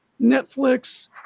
Netflix